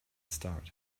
start